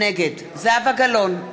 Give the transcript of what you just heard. נגד זהבה גלאון,